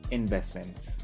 investments